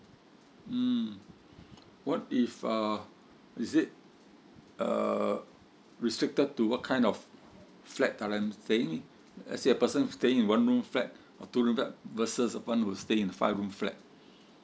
mm what if uh is it uh restricted to what kind of flat that I'm staying lets say a person staying in one room flat or two room flat versus a person who staying in a five room flat